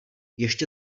ještě